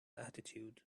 attitude